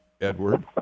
Edward